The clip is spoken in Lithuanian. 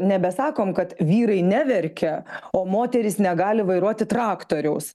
nebesakom kad vyrai neverkia o moterys negali vairuoti traktoriaus